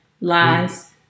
Lies